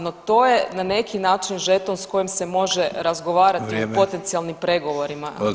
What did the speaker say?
No, to je na neki način žeton s kojim se može razgovarati [[Upadica: Vrijeme.]] o potencijalnim pregovorima.